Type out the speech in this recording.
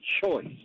choice